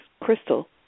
crystal